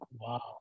wow